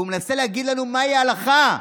ומנסה להגיד לנו מהי ההלכה,